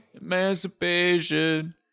Emancipation